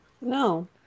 No